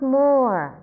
more